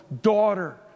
daughter